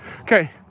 Okay